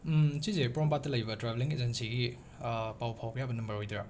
ꯁꯤꯖꯦ ꯄꯣꯔꯣꯝꯄꯥꯠꯇ ꯂꯩꯕ ꯇ꯭ꯔꯥꯕꯦꯜꯂꯤꯡ ꯑꯦꯖꯦꯟꯁꯤꯒꯤ ꯄꯥꯎ ꯐꯥꯎꯕ ꯌꯥꯕ ꯅꯝꯕꯔ ꯑꯣꯏꯗꯣꯏꯔꯣ